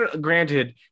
Granted